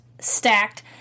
stacked